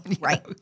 Right